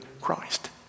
Christ